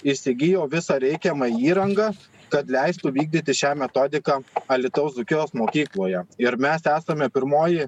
įsigijo visą reikiamą įrangą kad leistų vykdyti šią metodiką alytaus dzūkijos mokykloje ir mes esame pirmoji